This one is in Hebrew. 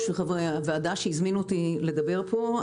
היושב-ראש, חברי הוועדה, שהזמנתם אותי לדבר פה.